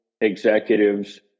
executives